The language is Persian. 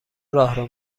راهرو